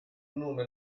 nome